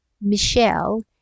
Michelle